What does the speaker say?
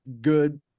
good